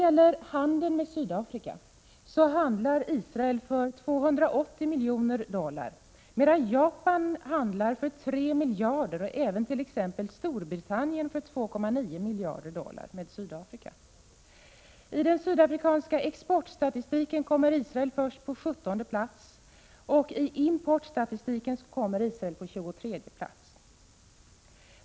gäller handel med Sydafrika, handlar Israel för 280 miljoner dollar, medan Japan handlar för 3 miljarder dollar och Storbritannien för 2,9 miljarder dollar med Sydafrika. I den sydafrikanska exportstatistiken kommer Israel först på 17:e plats och i importstatistiken på 23:e plats.